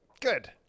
Good